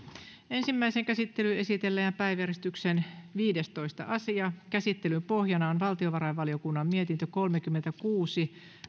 ensimmäiseen käsittelyyn esitellään päiväjärjestyksen viidestoista asia käsittelyn pohjana on valtiovarainvaliokunnan mietintö kolmekymmentäkuusi